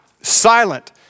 silent